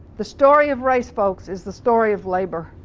the story of race, folks, is the story of labor.